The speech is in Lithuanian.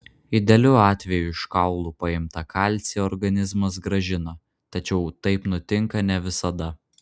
idealiu atveju iš kaulų paimtą kalcį organizmas grąžina tačiau taip nutinka ne visada